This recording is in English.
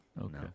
Okay